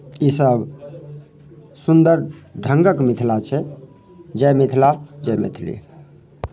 ईसभ सुन्दर ढङ्गक मिथिला छै जय मिथिला जय मैथिली